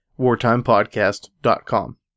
wartimepodcast.com